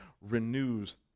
renews